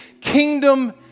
kingdom